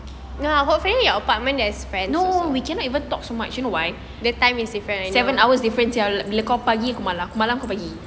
no we cannot even talk so much you know why seven hours different sia call kau pagi aku malam aku malam kau pagi